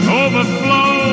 overflow